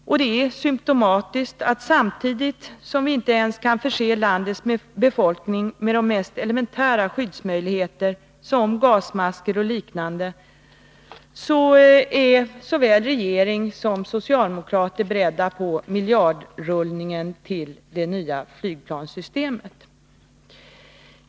Det är symtomatiskt att regeringen och socialdemokraterna, samtidigt som vi inte ens kan förse landets befolkning med de mest elementära skyddsanordningar som gasmasker och liknande, är beredda att låta miljarderna rulla för att få ett nytt flygplanssystem.